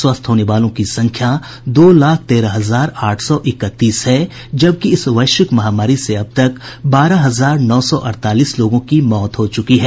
स्वस्थ होने वालों की संख्या दो लाख तेरह हजार आठ सौ इकतीस है जबकि इस वैश्विक महामारी से अब तक बारह हजार नौ सौ अड़तालीस लोगों की मौत हो चुकी है